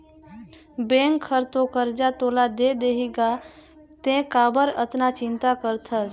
bank हर तो करजा तोला दे देहीगा तें काबर अतना चिंता करथस